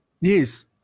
yes